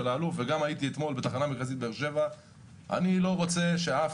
הייתי אתמול בתחנה מרכזית בבאר שבע ואני לא רוצה שאף